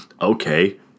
Okay